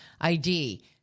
ID